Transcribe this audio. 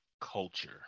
culture